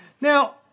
Now